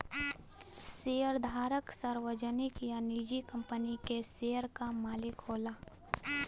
शेयरधारक सार्वजनिक या निजी कंपनी के शेयर क मालिक होला